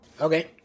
Okay